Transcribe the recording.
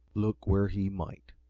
look where he might.